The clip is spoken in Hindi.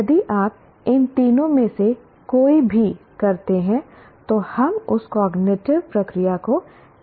यदि आप इन तीनों में से कोई भी करते हैं तो हम उस कॉग्निटिव प्रक्रिया को एनालाइज कहते हैं